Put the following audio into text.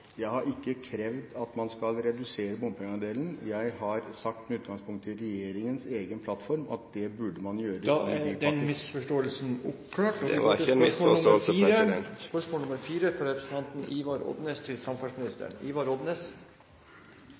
Jeg har ikke krevd at man skal redusere bompengeandelen. Jeg har sagt, med utgangspunkt i regjeringens egen plattform, at det burde man gjøre … Da er den misforståelsen oppklart.